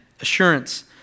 assurance